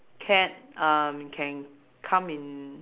cat um can come in